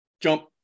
Jump